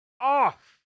off